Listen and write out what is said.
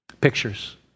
pictures